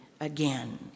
again